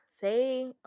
Say